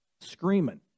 screaming